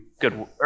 good